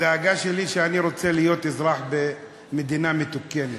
הדאגה שלי, שאני רוצה להיות אזרח במדינה מתוקנת,